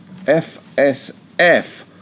FSF